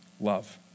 Love